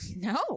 no